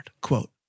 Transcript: quote